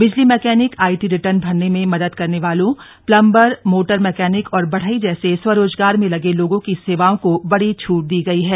बिजली mechanic IT return भरने में मदद करने वालों प्लंबर मोटर मैकेनिक और बढ़ई जैसे स्वरोजगार में लगे लोगों की सेवाओं को बड़ी छूट दी गई है